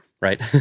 right